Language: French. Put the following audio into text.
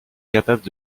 capables